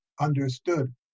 understood